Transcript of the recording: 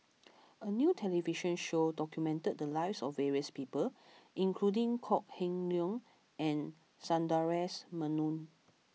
a new television show documented the lives of various people including Kok Heng Leun and Sundaresh Menon